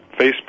facebook